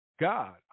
god